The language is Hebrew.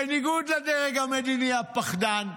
בניגוד לדרג המדיני הפחדן,